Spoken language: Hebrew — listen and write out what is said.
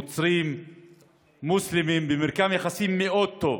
נוצרים ומוסלמים במרקם יחסים טוב מאוד.